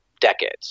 decades